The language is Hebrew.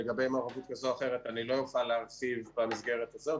לגבי מעורבות כזאת או אחרת אני לא אוכל להציג במסגרת הזאת.